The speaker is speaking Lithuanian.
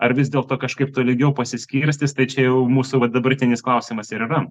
ar vis dėlto kažkaip tolygiau pasiskirstys tai čia jau mūsų va dabartinis klausimas ir yra